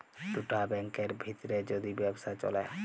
দুটা ব্যাংকের ভিত্রে যদি ব্যবসা চ্যলে